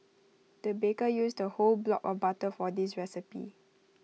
the baker used A whole block of butter for this recipe